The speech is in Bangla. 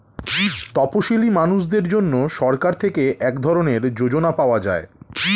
তপসীলি মানুষদের জন্য সরকার থেকে এক ধরনের যোজনা পাওয়া যায়